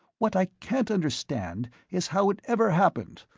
what i can't understand is how it ever happened,